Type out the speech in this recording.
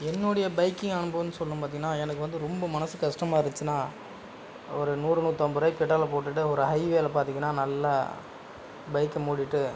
என்னுடைய பைக்கிங் அனுபவம்னு சொல்லும் பார்த்தீங்கன்னா எனக்கு வந்து ரொம்ப மனது கஷ்டமா இருந்துச்சினா ஒரு நூறு நூற்றம்பது ரூபாய்க்கு பெட்ரோலை போட்டுகிட்டு ஒரு ஹைவேயில் பார்த்தீங்கன்னா நல்லா பைக்கை மூட்டிகிட்டு